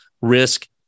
risk